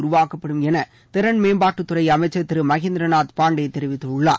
உருவாக்கப்படும் என திறன் மேம்பாட்டுத்துறை அமைச்சர் திரு மகேந்திரநாத் பாண்டே தெரிவித்துள்ளார்